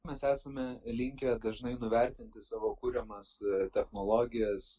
mes esame linkę dažnai nuvertinti savo kuriamas technologijas